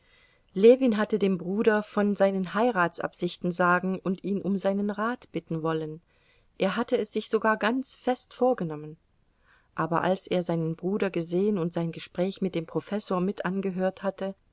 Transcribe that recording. ljewin hatte dem bruder von seinen heiratsabsichten sagen und ihn um seinen rat bitten wollen er hatte es sich sogar ganz fest vorgenommen aber als er seinen bruder gesehen und sein gespräch mit dem professor mit angehört hatte